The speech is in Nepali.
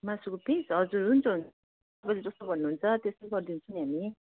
मासुको पिस हजुर हुन्छ तपाईँले जस्तो भन्नुहुन्छ त्यस्तै गरिदिन्छु नि हामी